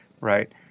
Right